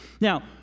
Now